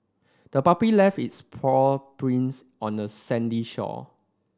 the puppy left its paw prints on the sandy shore